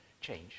change